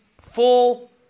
full